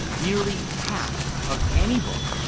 nearly half of any book,